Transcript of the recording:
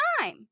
time